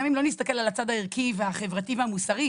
גם אם לא נסתכל על הצד הערכי והחברתי והמוסרי,